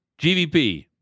GVP